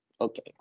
Okay